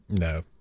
No